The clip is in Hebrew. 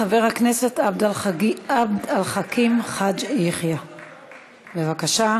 חבר הכנסת עבד אל חכים חאג' יחיא, בבקשה.